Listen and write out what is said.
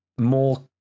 more